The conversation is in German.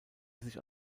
sich